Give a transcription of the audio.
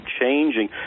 changing